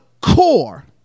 core